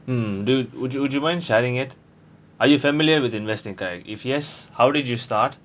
mm do would you would you mind sharing it are you familiar with investing correct if yes how did you start